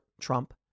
Trump